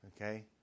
Okay